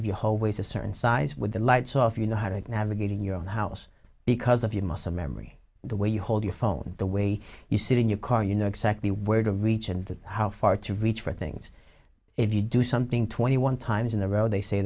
whole way to certain size with the lights off you know how to navigate in your own house because of your muscle memory the way you hold your phone the way you sit in your car you know exactly where to reach and how far to reach for things if you do something twenty one times in a row they say